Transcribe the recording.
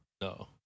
No